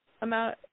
amount